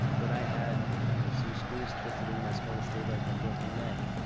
but i had some screws twisted into my skull to stabilize my broken neck.